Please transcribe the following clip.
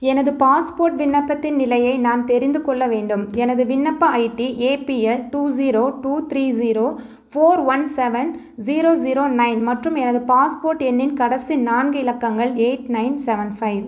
எனது பாஸ்போர்ட் விண்ணப்பத்தின் நிலையை நான் தெரிந்து கொள்ள வேண்டும் எனது விண்ணப்ப ID APL two zero two three zero four one seven zero zero nine மற்றும் எனது பாஸ்போர்ட் எண்ணின் கடைசி நான்கு இலக்கங்கள் எயிட் நைன் செவன் ஃபைவ்